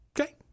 Okay